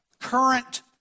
current